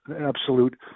absolute